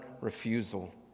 refusal